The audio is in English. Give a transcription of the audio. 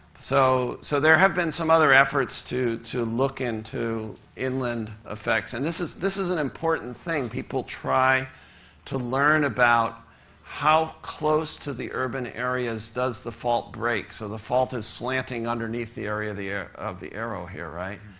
so so there have been some other efforts to to look into inland effects. and this is this is an important thing. people try to learn about how close to the urban areas does the fault break? so the fault is slanting underneath the area of the ah of the arrow here, right?